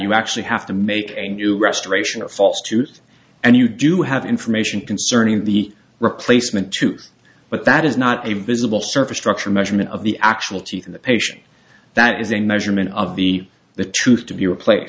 you actually have to make a new restoration a false tooth and you do have information concerning the replacement tooth but that is not a visible surface structure measurement of the actual teeth of the patient that is a measurement of the the truth to be replaced